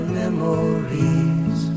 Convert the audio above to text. memories